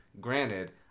granted